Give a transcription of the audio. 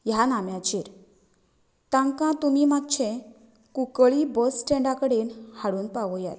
ह्या नाम्याचेर तांकां तुमी मातशें कुंकळ्ळी बस स्टॅण्डा कडेन हाडून पावयात